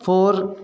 four